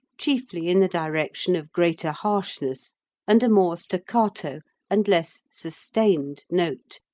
chiefly in the direction of greater harshness and a more staccato and less sustained note,